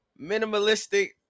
minimalistic